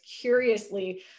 curiously